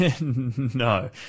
no